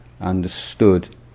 understood